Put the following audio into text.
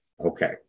Okay